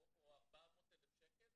300,000 או 400,000 שקל.